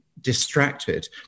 distracted